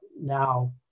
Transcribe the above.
now